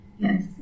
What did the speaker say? Yes